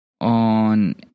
on